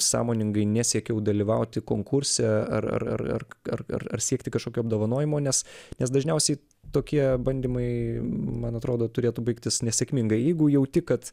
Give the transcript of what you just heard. sąmoningai nesiekiau dalyvauti konkurse ar ar ar ar ar ar siekti kažkokio apdovanojimo nes nes dažniausiai tokie bandymai man atrodo turėtų baigtis nesėkmingai jeigu jauti kad